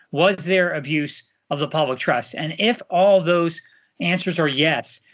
was there abuse of the public trust? and if all those answers are yes,